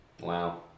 Wow